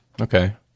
okay